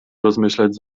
rozmyślać